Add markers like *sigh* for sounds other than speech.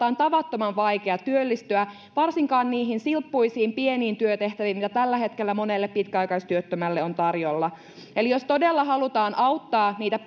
*unintelligible* on tavattoman vaikea työllistyä varsinkaan niihin silppuisiin pieniin työtehtäviin mitä tällä hetkellä monelle pitkäaikaistyöttömälle on tarjolla eli jos todella halutaan auttaa niitä *unintelligible*